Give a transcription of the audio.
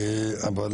אבל,